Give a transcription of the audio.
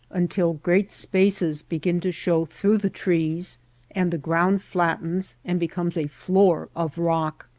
until great spaces be gin to show through the trees and the ground flattens and becomes a floor of rock.